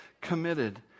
committed